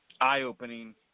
eye-opening